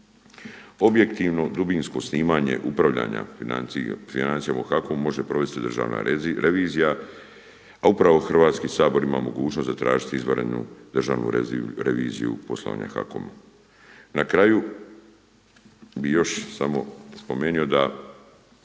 Objektivno dubinsko snimanje upravljanja financijama u HAKOM-u može provesti državna revizija a upravo Hrvatski sabor ima mogućnost zatražiti izvanrednu državnu reviziju poslovanja HAKOM-a. Na kraju, bih još samo spomenuo da